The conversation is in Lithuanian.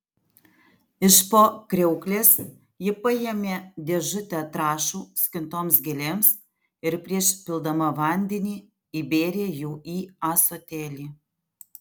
iš po kriauklės ji paėmė dėžutę trąšų skintoms gėlėms ir prieš pildama vandenį įbėrė jų į ąsotėlį